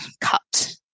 cut